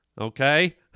okay